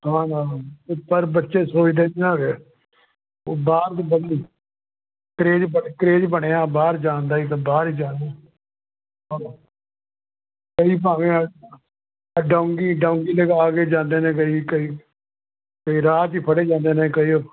ਹਾਂ ਹਾਂ ਪਰ ਬੱਚੇ ਸੋਚਦੇ ਨਹੀਂ ਨਾ ਹੈਗੇ ਉਹ ਬਾਹਰ ਦੀ ਬੜੀ ਕਰੇਜ਼ ਬਣਿਆ ਕਰੇਜ਼ ਬਣਿਆ ਬਾਹਰ ਜਾਣ ਦਾ ਹੀ ਅਤੇ ਬਾਹਰ ਹੀ ਜਾਣਾ ਹਾਂ ਕਈ ਭਾਵੇਂ ਡੋਂਕੀ ਡੋਂਕੀ ਲਗਾ ਕੇ ਜਾਂਦੇ ਨੇ ਕਈ ਕਈ ਕਈ ਰਾਹ 'ਚ ਹੀ ਫੜੇ ਜਾਂਦੇ ਨੇ ਕਈ